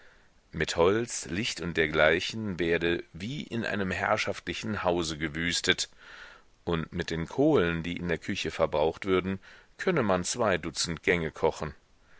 mit holz licht und dergleichen werde wie in einem herrschaftlichen hause gewüstet und mit den kohlen die in der küche verbraucht würden könne man zwei dutzend gänge kochen